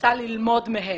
מנסה ללמוד מהם,